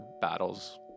battles